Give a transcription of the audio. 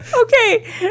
Okay